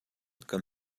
kan